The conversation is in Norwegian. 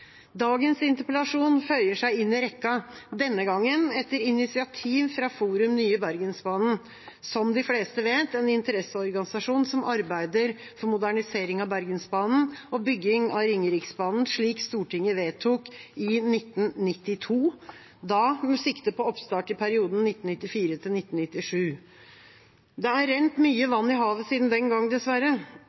Dagens interpellasjon føyer seg inn i rekka, denne gangen etter initiativ fra Forum Nye Bergensbanen, som de fleste vet er en interesseorganisasjon som arbeider for modernisering av Bergensbanen og bygging av Ringeriksbanen, slik Stortinget vedtok i 1992, da med sikte på oppstart i perioden 1994–1997. Det er rent mye vann i havet siden den gang, dessverre.